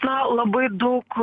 na labai daug